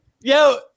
Yo